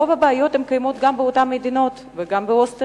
ואני רוצה להגיד שרוב הבעיות קיימות גם באותן מדינות וגם באוסטריה,